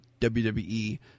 WWE